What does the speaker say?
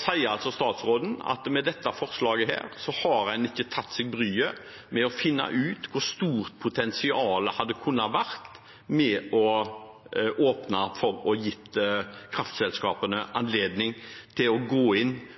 sier altså statsråden at en med dette forslaget ikke har tatt seg bryet med å finne ut hvor stort potensialet hadde kunnet være ved å åpne for å gi kraftselskapene anledning til å gå inn